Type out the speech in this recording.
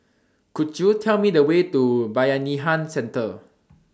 Could YOU Tell Me The Way to Bayanihan Centre